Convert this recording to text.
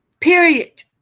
Period